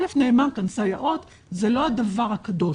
א', נאמר כאן, סייעות זה לא הדבר הקדוש.